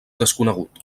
desconegut